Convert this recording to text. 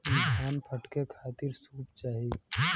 धान फटके खातिर सूप चाही